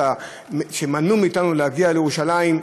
שמנעו מאתנו להגיע לירושלים,